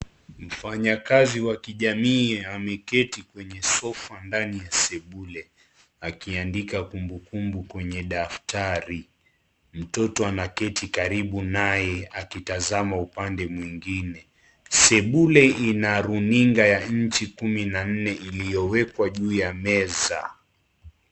Mfanyakazi wa kijamii ameketi kwenye sofa kwenye sebule akiandika kumbukumbu kwenye daftari. Mtoto anaketi karibu naye akitazama upande mwingine. Sebule ina runinga ya inchi kumi na nne iliyowekwa juu ya meza.